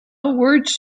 words